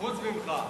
חוץ ממך.